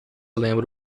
lembra